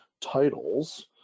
titles